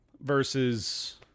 Versus